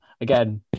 again